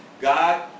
God